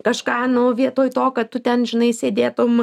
kažką nu vietoj to kad tu ten žinai sėdėtum